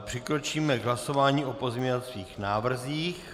Přikročíme k hlasování o pozměňovacích návrzích.